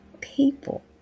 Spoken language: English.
people